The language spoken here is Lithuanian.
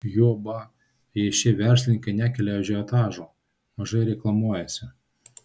juoba jei šie verslininkai nekelia ažiotažo mažai reklamuojasi